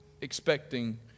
expecting